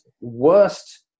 worst